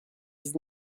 dix